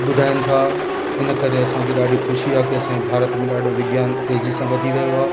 ॿुधाइनि था इन करे असांखे ॾाढी ख़ुशी आहे कि असांजी भारत में ॾाढो तेज़ी सां वधी रहियो आहे